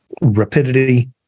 rapidity